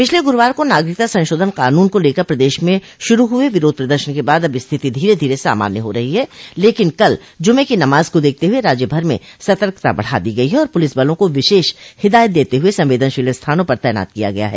पिछले गुरूवार को नागरिकता संशोधन कानून को लेकर प्रदेश में शुरू हुए विरोध प्रदर्शन के बाद अब स्थिति धीरे धीरे सामान्य हो रही है लेकिन कल जुमे की नमाज को देखते हुए राज्य भर में सतर्कता बढ़ा दी गयी है और प्रलिस बलों को विशेष हिदायत देते हुए संवेदनशील स्थानों पर तैनात किया गया है